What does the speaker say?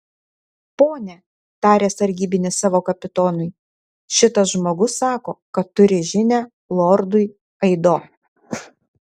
pone tarė sargybinis savo kapitonui šitas žmogus sako kad turi žinią lordui aido